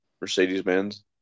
Mercedes-Benz